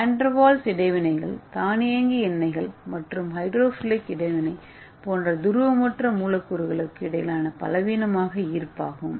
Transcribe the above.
வான் der Waals இடைவினைகள் தானியங்கி எண்ணெய்கள் மற்றும் ஹைட்ரோஃபிலிக் இடைவினை போன்ற துருவமற்ற மூலக்கூறுகளுக்கு இடையிலான பலவீனமான ஈர்ப்பாகும்